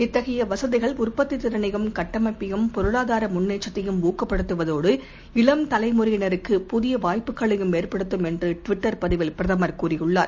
இத்தகையவசதிகள் உற்பத்தித் திறனையும் கட்டமைப்பையும் பொருளாதாரமுன்னேற்றத்தையும் ஊக்கப்படுத்துவதோடு இளம் தலைமுறையினருக்கு புதியவாய்ப்புகளையும் ஏற்படுத்தும் என்றுட்விட்டர் பதிவில் பிரதமர் கூறியுள்ளார்